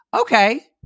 Okay